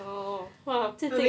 oh !wah!